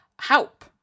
help